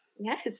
Yes